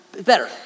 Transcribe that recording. Better